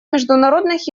международных